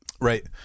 Right